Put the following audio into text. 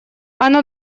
оно